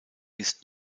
ist